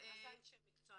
מה זה אנשי מקצוע,